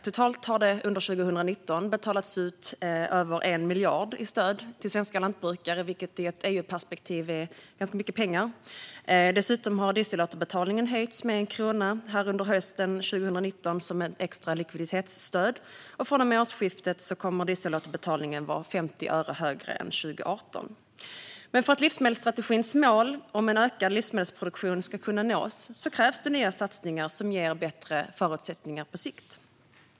Totalt har det under 2019 betalats ut över 1 miljard i stöd till svenska lantbrukare, vilket i EU-perspektiv är ganska mycket pengar. Dessutom har dieselåterbetalningen höjts med 1 krona under hösten 2019 som ett extra likviditetsstöd, och från och med årsskiftet kommer dieselåterbetalningen att vara 50 öre högre än 2018. Men för att livsmedelsstrategins mål om en ökad livsmedelsproduktion ska kunna nås krävs nya satsningar som ger bättre förutsättningar på sikt.